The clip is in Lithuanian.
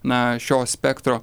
na šio spektro